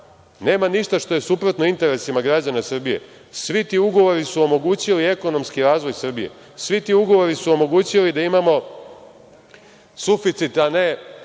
nema ništa što je suprotno interesima građana Srbije. Svi ti ugovori su omogućili ekonomski razvoj Srbije. Svi ti ugovori su omogućili da imamo suficit, a ne